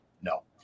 No